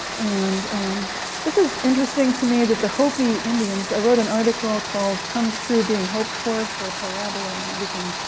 and this is interesting to me that the hopi indians i wrote an article called, comes true, being hoped for, for parabola magazine.